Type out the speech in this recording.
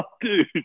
dude